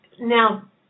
Now